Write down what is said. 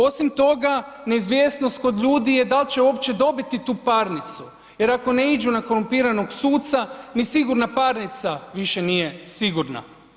Osim toga neizvjesnost kod ljudi je da li će uopće dobiti tu parnicu jer ako naiđu na korumpiranog suca ni sigurna parnica više nije sigurna.